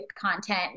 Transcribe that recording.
content